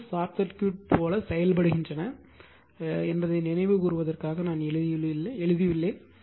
க்கு short circuit போல செயல்படுகின்றன என்பதை நினைவு கூறுவதற்காக நான் எழுதியுள்ளேன்